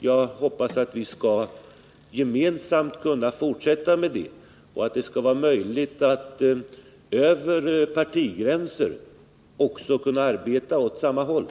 Jag hoppas att vi gemensamt skall kunna fortsätta med det och att det skall vara möjligt att också över partigränser arbeta åt Nr 131